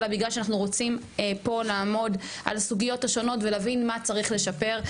אלא בגלל שאנחנו רוצים פה לעמוד על הסוגיות השונות ולהבין מה צריך לשפר.